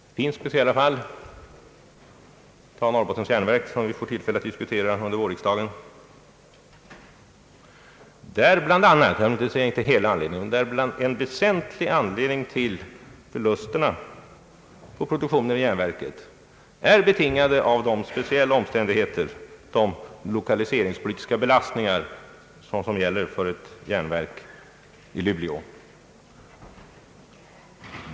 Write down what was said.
Det finns speciella fall, t.ex. Norrbottens järnverk — som vi får tillfälle att diskutera under vårriksdagen — där en väsentlig anledning till förlusterna på produktionen är de lokaliseringsbetingade belastningar som gäller för ett järnverk i Luleå.